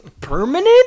permanent